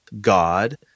God